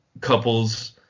couples